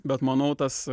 bet manau tas